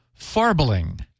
farbling